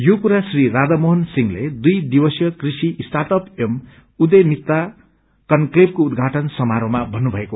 यो कुरा श्री राथा मोहन सिंहले दुई दिवसीय कृषि र्स्टाटअप एवं उध्यमितता कान्कलेकको उद्घाटन समारोहमा भन्नुभयो